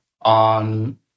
on